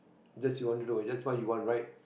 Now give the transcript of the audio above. just you wanna do that's what you want right